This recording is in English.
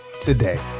today